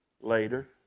later